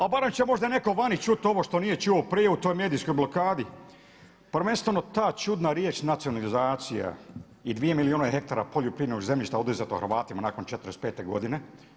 Ali barem će možda netko vani čuti ovo što nije čuo prije u toj medijskoj blokadi, prvenstveno ta čudna riječ nacionalizacija i dvije milijune hektara poljoprivrednog zemljišta oduzeto Hrvatima nakon '45. godine.